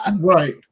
Right